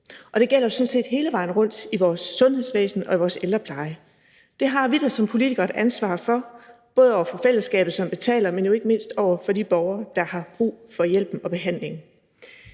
Og det gælder sådan set hele vejen rundt i vores sundhedsvæsen og i vores ældrepleje. Det har vi da som politikere et ansvar for at sikre, både over for fællesskabet, som betaler, men jo ikke mindst over for de borgere, der har brug for hjælp og behandling.